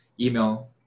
email